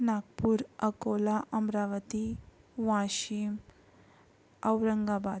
Nagpur Akola Amravati Washim Aurangabad